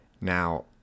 Now